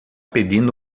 pedindo